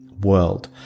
world